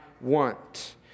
want